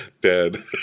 dead